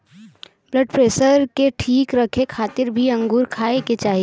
blood pressure के ठीक रखे खातिर भी अंगूर खाए के चाही